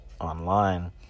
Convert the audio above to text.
online